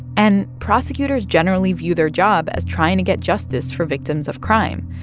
and prosecutors generally view their job as trying to get justice for victims of crime.